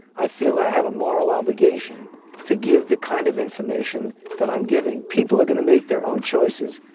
i feel i have a moral obligation to give the kind of information that i'm giving. people are going to make their own choices.